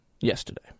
yesterday